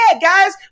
guys